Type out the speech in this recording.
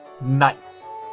Nice